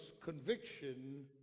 conviction